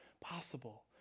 possible